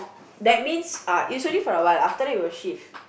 that means uh is only for awhile after that we will shift